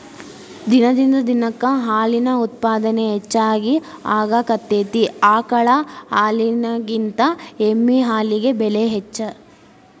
ದಿನದಿಂದ ದಿನಕ್ಕ ಹಾಲಿನ ಉತ್ಪಾದನೆ ಹೆಚಗಿ ಆಗಾಕತ್ತತಿ ಆಕಳ ಹಾಲಿನಕಿಂತ ಎಮ್ಮಿ ಹಾಲಿಗೆ ಬೆಲೆ ಹೆಚ್ಚ